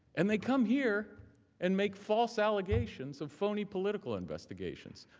and, they come here and make false allegations of phony political investigations.